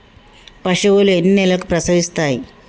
పశువులు ఎన్ని నెలలకు ప్రసవిస్తాయి?